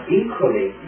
equally